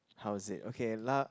how was it okay